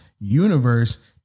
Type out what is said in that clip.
universe